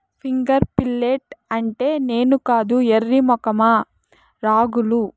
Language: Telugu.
ఫింగర్ మిల్లెట్ అంటే నేను కాదు ఎర్రి మొఖమా రాగులు